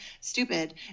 stupid